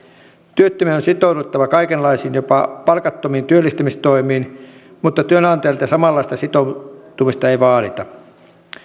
työttömien on sitouduttava kaikenlaisiin jopa palkattomiin työllistämistoimiin mutta työnantajalta samanlaista sitoutumista ei vaadita